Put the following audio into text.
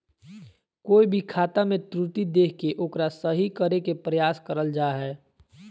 कोय भी खाता मे त्रुटि देख के ओकरा सही करे के प्रयास करल जा हय